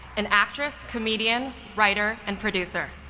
an actress, comedian, writer, and producer.